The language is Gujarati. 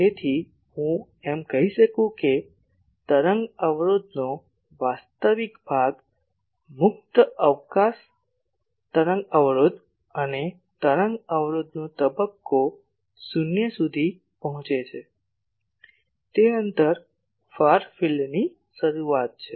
તેથી હું એમ કહી શકું છું કે તરંગ અવરોધનો વાસ્તવિક ભાગ મુક્ત અવકાશ તરંગ અવરોધ અને તરંગ અવરોધનો તબક્કો શૂન્ય સુધી પહોંચે છે તે અંતર ફાર ફિલ્ડની શરૂઆત છે